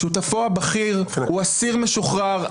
שותפו בכיר הוא אסיר משוחרר,